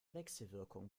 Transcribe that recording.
wechselwirkung